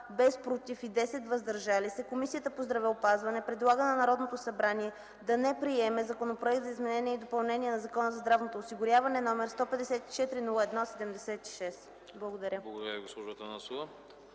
без „против”, и „въздържали се” – 10, Комисията по здравеопазването предлага на Народното събрание да не приеме Законопроект за изменение и допълнение на Закона за здравното осигуряване, № 154-01-76.” Благодаря.